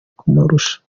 kumurusha